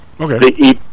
okay